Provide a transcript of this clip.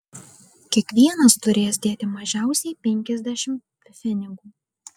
kiekvienas turės dėti mažiausiai penkiasdešimt pfenigų